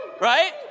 right